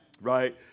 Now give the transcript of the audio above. right